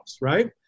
right